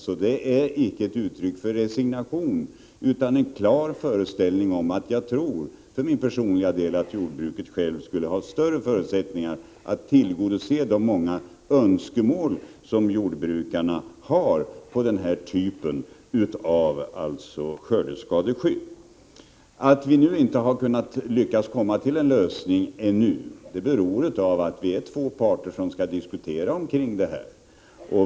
Det handlar alltså inte om något uttryck för resignation, utan det är en klar föreställning att jag för min personliga del tror att jordbruket självt skulle ha större förutsättningar att tillgodose de många önskemål som jordbrukarna har på den här typen av skördeskadeskydd. Att vi nu inte har lyckats komma fram till en lösning än beror på att vi är två parter som skall diskutera.